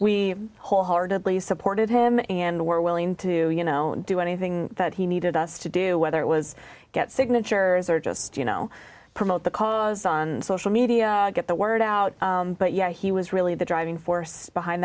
we wholeheartedly supported him and were willing to you know do anything that he needed us to do whether it was get signatures or just you know promote the cause on social media get the word out but yeah he was really the driving force behind